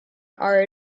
are